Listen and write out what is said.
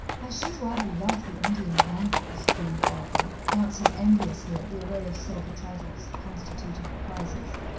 i should rather love the indian bangles, owned barbara, glancing enviously at the array of silver trifles that constituted the prizes.